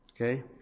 Okay